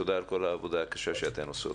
תודה על כל העבודה הקשה שאתן עושות.